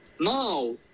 now